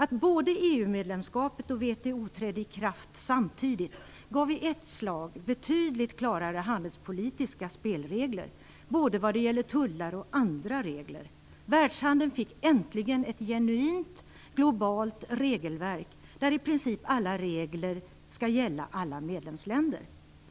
Att både EU medlemskapet och WTO trädde i kraft samtidigt gav i ett slag betydligt klarare handelspolitiska spelregler vad gäller både tullar och andra regler. Världshandeln fick äntligen ett genuint globalt regelverk där i princip alla regler skall gälla alla medlemsländer.